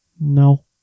no